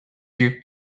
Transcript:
you